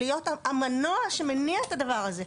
להיות המנוע שמניע את הדבר הזה,